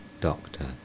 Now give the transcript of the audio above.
Doctor